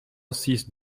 six